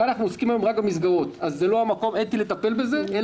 כאן אנחנו עוסקים רק במסגרות אז זה לא המקום לטפל בזה.